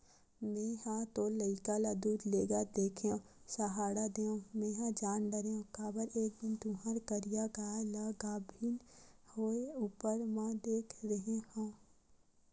मेंहा तोर लइका ल दूद लेगत देखेव सहाड़ा देव मेंहा जान डरेव काबर एक दिन तुँहर करिया गाय ल गाभिन होय ऊपर म देखे रेहे हँव